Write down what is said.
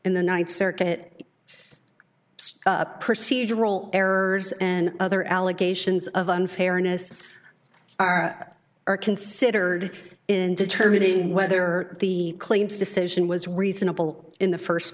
in the ninth circuit procedural errors and other allegations of unfairness are considered in determining whether the claims decision was reasonable in the first